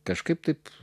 kažkaip taip